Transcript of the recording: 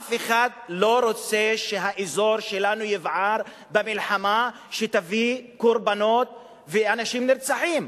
אף אחד לא רוצה שהאזור שלנו יבער במלחמה שתביא קורבנות ואנשים נרצחים.